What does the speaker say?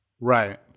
Right